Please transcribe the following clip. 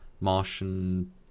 Martian